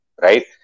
right